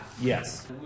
Yes